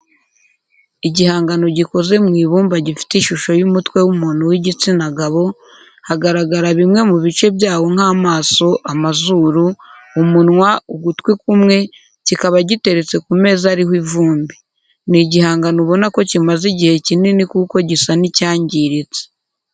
Igihangano gikoze mu ibumba gifite ishusho y'umutwe w'umuntu w'igitsina gabo, hagaragara bimwe mu bice byawo nk'amaso amazuru, umunwa, ugutwi kumwe, kikaba giteretse ku meza ariho ivumbi. Ni igihangano ubona ko kimaze igihe kinini kuko gisa n'icyangiritse.